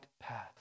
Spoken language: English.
path